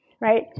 right